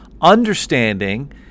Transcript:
understanding